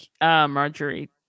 Marjorie